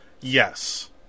Yes